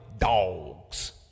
dogs